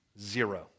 Zero